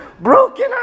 broken